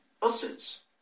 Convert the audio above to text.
buses